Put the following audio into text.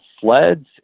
sleds